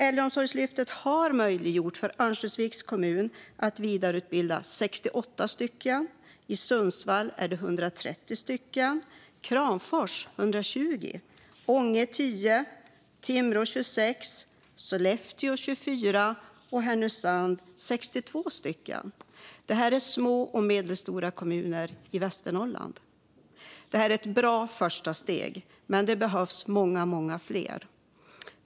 Äldreomsorgslyftet har möjliggjort för Örnsköldsviks kommun att vidareutbilda 68 personer. I Sundsvall är det 130, i Kramfors 120, i Ånge 10, i Timrå 26, i Sollefteå 24 och i Härnösand 62 personer. Det är små och medelstora kommuner i Västernorrland. Det här är ett bra första steg, men det behövs många fler.